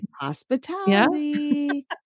Hospitality